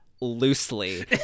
loosely